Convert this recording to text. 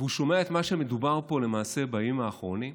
והוא שומע את מה שמדובר פה למעשה בימים האחרונים,